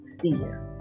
fear